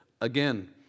again